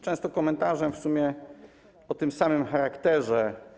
Często komentarzami w sumie o tym samym charakterze.